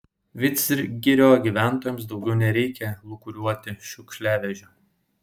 vidzgirio gyventojams daugiau nereikia lūkuriuoti šiukšliavežio